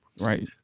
Right